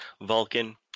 Vulcan